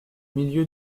milieu